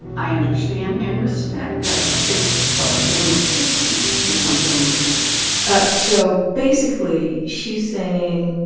i understand and respect that distinction. but my family history is my family history um so, basically, she's saying,